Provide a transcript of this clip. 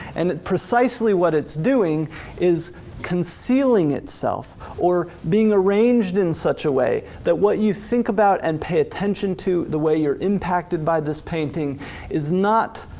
and precisely what it's doing is concealing itself, or being arranged in such a way that what you think about and pay attention to, the way you're impacted by this painting is not